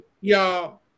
Y'all